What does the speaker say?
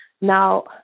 Now